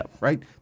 right